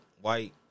white